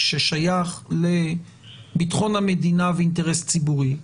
ששייך לביטחון המדינה ואינטרס ציבורי,